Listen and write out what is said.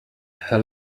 her